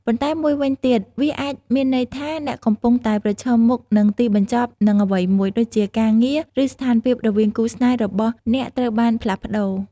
ប៉ុន្តែមួយវិញទៀត វាអាចមានន័យថា អ្នកកំពុងតែប្រឈមមុខ នឹងទីបញ្ចប់នឹងអ្វីមួយ ដូចជា ការងារ ឬស្ថានភាពរវាងគូស្នេហ៍របស់អ្នកត្រូវបានផ្លាស់ប្តូរ។